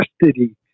custody